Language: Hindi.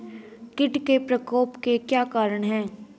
कीट के प्रकोप के क्या कारण हैं?